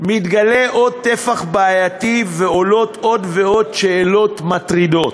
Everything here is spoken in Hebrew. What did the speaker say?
מתגלה עוד טפח בעייתי ועולות עוד ועוד שאלות מטרידות.